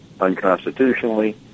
unconstitutionally